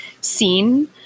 scene